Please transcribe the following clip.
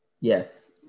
Yes